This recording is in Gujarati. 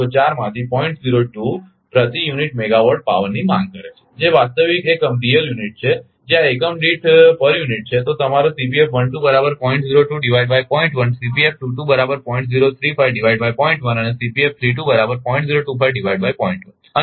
02 પ્રતિ યુનિટ મેગાવાટ પાવરની માંગ કરે છે જે વાસ્તવિક એકમ છે જે આ એકમ દીઠ છે તો તમારો અને